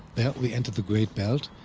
there we enter the great belt,